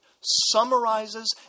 summarizes